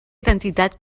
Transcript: identitat